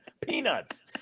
Peanuts